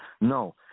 No